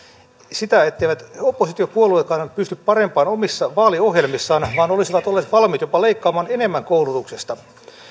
sitä etteivät oppositiopuolueetkaan pysty parempaan omissa vaaliohjelmissaan vaan olisivat olleet valmiit jopa leikkaamaan enemmän koulutuksesta